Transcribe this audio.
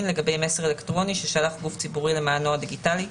לגבי מסר אלקטרוני ששלח גוף ציבורי למענו הדיגיטלי,